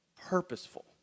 purposeful